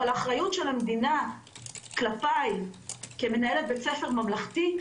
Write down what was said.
אבל אחריות של המדינה כלפיי כמנהלת בית ספר ממלכתי,